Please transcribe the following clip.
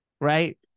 right